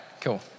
cool